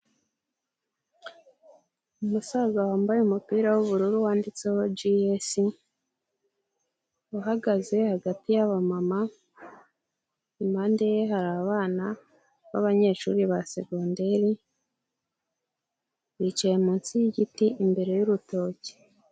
Umusaza wambaye umupira w'ubururu wanditseho Gs uhagaze hagati y'abamama, impande ye hari abana babanyeshuri ba segonderi bicaye munsi y'igiti imbere y'urutoki.